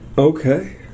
Okay